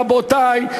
רבותי,